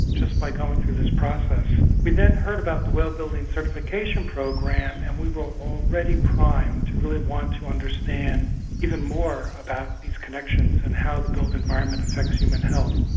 just by going through this process. we then heard about the well building certification program and we were already primed to really wanted to understand even more about these connections and how the built environment affects human health.